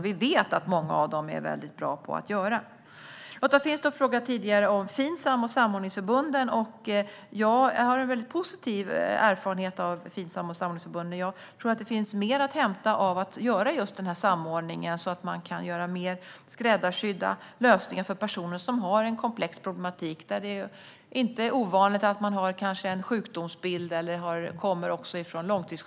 Vi vet att många av dem är väldigt bra på att göra just det. Lotta Finstorp frågade tidigare om Finsam och samordningsförbunden. Jag har positiv erfarenhet av Finsam och samordningsförbunden. Jag tror att det finns mer att hämta av att göra denna samordning så att man kan göra mer skräddarsydda lösningar för personer som har en komplex problematik och där det inte är ovanligt att det finns en sjukdomsbild eller en långtidssjukskrivning i bakgrunden.